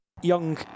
young